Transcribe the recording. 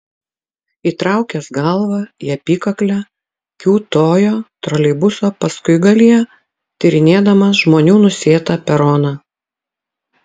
įtraukęs galvą į apykaklę kiūtojo troleibuso paskuigalyje tyrinėdamas žmonių nusėtą peroną